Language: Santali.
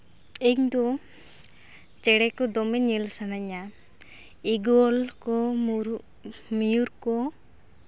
ᱤᱧᱫᱚ ᱪᱮᱬᱮ ᱠᱚ ᱫᱚᱢᱮ ᱧᱮᱞ ᱥᱟᱱᱟᱧᱟ ᱤᱜᱳᱞ ᱠᱚ ᱢᱚᱭᱩᱨ ᱠᱚ